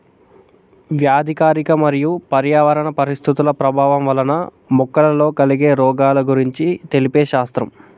వ్యాధికారక మరియు పర్యావరణ పరిస్థితుల ప్రభావం వలన మొక్కలలో కలిగే రోగాల గురించి తెలిపే శాస్త్రం